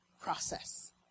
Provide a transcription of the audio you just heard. process